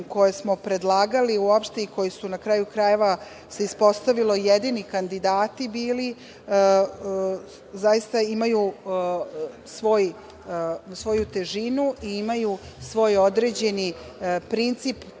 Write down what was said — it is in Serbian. koje smo predlagali uopšte i koji su na kraju krajeva se ispostavilo jedini kandidati bili, zaista imaju svoju težinu i imaju svoj određeni princip